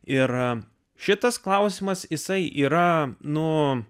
yra šitas klausimas jisai yra nuo